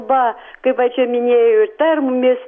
va kaip va čia minėjo ir termės